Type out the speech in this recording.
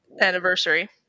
anniversary